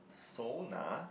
sauna